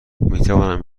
میتوانم